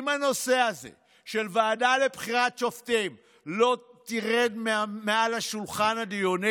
אם הנושא הזה של הוועדה לבחירת שופטים לא ירד מעל שולחן הדיונים,